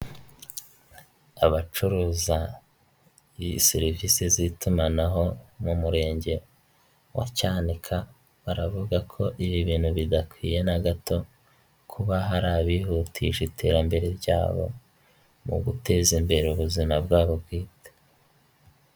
Abacuruza i serivise z'itumanaho mu murenge wa Cyanika baravuga ko ibi bintu bidakwiye na gato, kuba hari abihutisha iterambere ryabo mu guteza imbere ubuzima bwabo bwite.